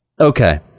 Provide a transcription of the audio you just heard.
Okay